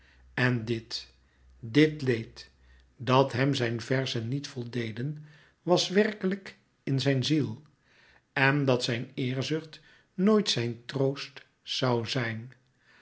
en dit dit leed dat hèm zijn verzen niet voldeden was werkelijk in zijn ziel en dat zijn eerzucht nooit zijn troost zoû zijn